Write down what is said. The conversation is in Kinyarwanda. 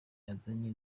azanye